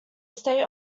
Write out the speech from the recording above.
state